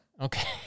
Okay